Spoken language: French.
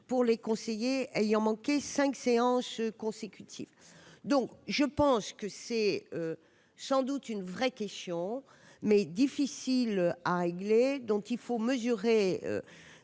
pour les conseillers ayant manqué 5 séances consécutives, donc je pense que c'est sans doute une vraie question, mais difficile à régler, dont il faut mesurer